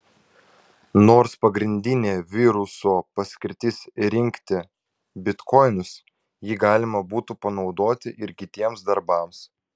nors pagrindinė viruso paskirtis rinkti bitkoinus jį galima būtų panaudoti ir kitiems darbams